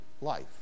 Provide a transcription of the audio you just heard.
life